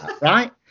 right